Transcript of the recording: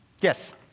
Yes